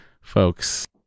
folks